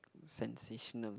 sensational